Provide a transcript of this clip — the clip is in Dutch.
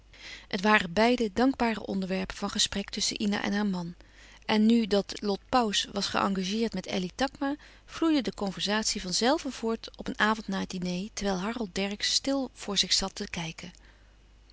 het waren beide dankbare onderwerpen van gesprek tusschen ina en haar man en nu dat lot pauws was geëngageerd met elly takma vloeide de conversatie van zelve voort op een avond na het diner terwijl harold dercksz stil voor zich zat te kijken